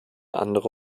andere